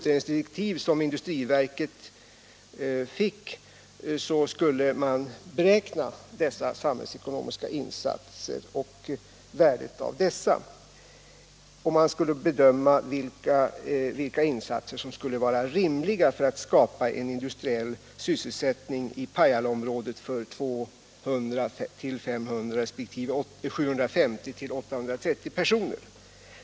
Enligt de direktiv som industriverket fick skulle man beräkna dessa samhällsekonomiska insatser och värdet av dem samt bedöma vilka insatser som skulle vara rimliga för att skapa en industriell sysselsättning i Pajalaområdet för 200-500 resp. 750-830 personer.